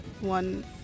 one